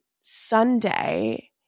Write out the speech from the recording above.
Sunday